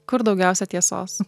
kur daugiausia tiesos